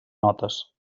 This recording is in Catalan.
notes